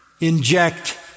inject